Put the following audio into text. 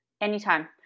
Anytime